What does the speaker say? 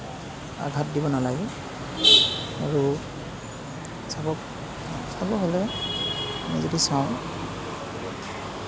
আঘাত দিব নালাগে আৰু চাব চাব গ'লে আমি যদি চাওঁ